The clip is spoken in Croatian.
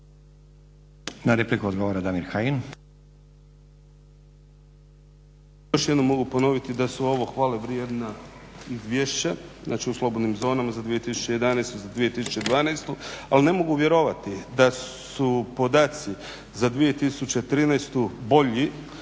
Kajin. **Kajin, Damir (Nezavisni)** Još jednom mogu ponoviti da su ovo hvalevrijedna izvješća znači u slobodnim zonama za 2011., za 2012., ali ne mogu vjerovati da su podaci za 2013. bolji